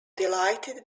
delighted